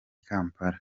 kampala